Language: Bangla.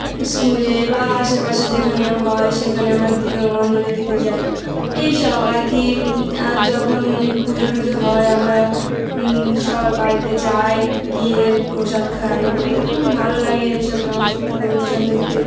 স্কুলে বা আশেপাশে যেখানে হয় সেখানে আমরা দি অঞ্জলি দিতে যাই এই সব আর কি আর যখন পুজো টুজো হয় আমরা সবার বাড়িতে যাই গিয়ে প্রসাদ খাই আমাদের খুবই ভালো লাগে এইসব সাংস্কৃতিক অনুষ্ঠান দেখতে